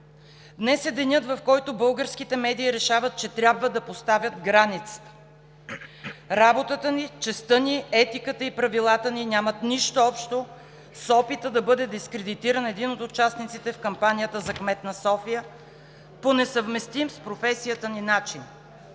Днес е денят, в който българските медии решават, че трябва да поставят границата. Работата ни, честта ни, етиката и правилата ни нямат нищо общо с опита да бъде дискредитиран един от участниците в кампанията за кмет на София по несъвместим с професията ни начин.